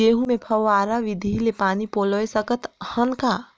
गहूं मे फव्वारा विधि ले पानी पलोय सकत हन का?